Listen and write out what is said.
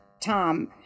tom